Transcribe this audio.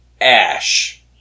Ash